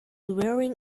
wearing